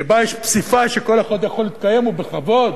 שבה יש פסיפס, שכל אחד יכול להתקיים, ובכבוד.